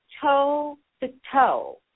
toe-to-toe